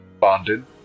Bonded